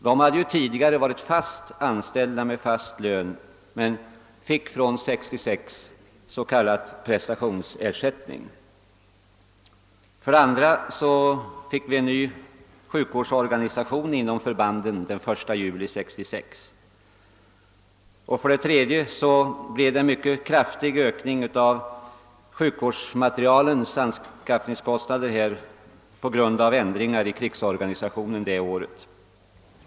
De hade tidigare varit fast anställda med fast lön men fick då s.k. prestationsersättning. För det andra fick vi den 1 juli 1966 en ny sjukvårdsorganisation inom förbanden. För det tredje blev det en mycket kraftig ökning av anskaffningskostnaderna för sjukvårdsmaterial på grund av ändringar i krigsorganisationen det året.